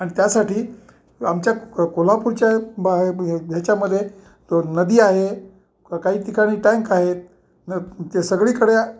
आणि त्यासाठी आमच्या कोल्हापूरच्या बा ह्याच्यामध्ये तो नदी आहे काही ठिकाणी टँक आहेत न ते सगळीकडे